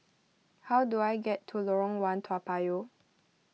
how do I get to Lorong one Toa Payoh